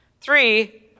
Three